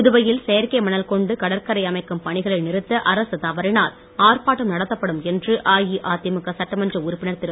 புதுவையில் செயற்கை மணல் கொண்டு கடற்கரை அமைக்கும் பணிகளை நிறுத்த அரசு தவறினால் ஆர்ப்பாட்டம் நடத்தப்படும் என்று அஇஅதிமுக சட்டமன்ற உறுப்பினர் திரு